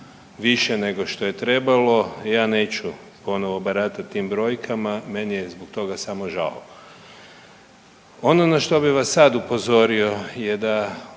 više nego što je trebalo, ja neću ponovo baratati tim brojkama meni je zbog toga samo žao. Ono na što bi vas sad upozorio je da